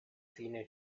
fine